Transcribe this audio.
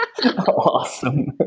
awesome